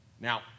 Now